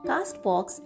Castbox